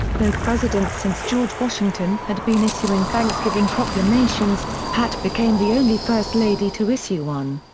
though presidents since george washington had been issuing thanksgiving proclamations, pat became the only first lady to issue one.